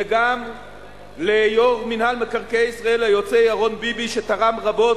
וגם ליושב-ראש מינהל מקרקעי ישראל היוצא ירון ביבי שתרם רבות.